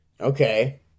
okay